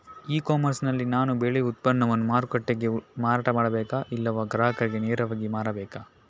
E commerce ನಲ್ಲಿ ನಾನು ಬೆಳೆ ಉತ್ಪನ್ನವನ್ನು ಮಾರುಕಟ್ಟೆಗೆ ಮಾರಾಟ ಮಾಡಬೇಕಾ ಇಲ್ಲವಾ ಗ್ರಾಹಕರಿಗೆ ನೇರವಾಗಿ ಮಾರಬೇಕಾ?